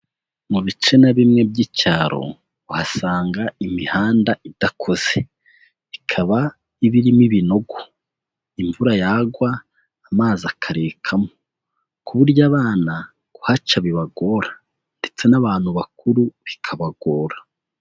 Mu bice na bimwe by'icyaro uhasanga imihanda idakoze, ikaba iba irimo ibinogo, imvura yagwa amazi akarekamo, ku buryo abana kuhaca bibagora ndetse n'abantu bakuru bikabagora.